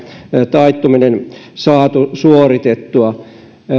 taittuminen saatu suoritettua